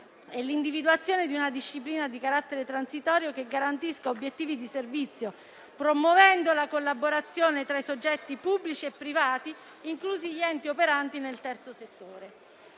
e l'individuazione di una disciplina di carattere transitorio che garantisca obiettivi di servizio, promuovendo la collaborazione tra i soggetti pubblici e privati, inclusi gli enti operanti nel terzo settore.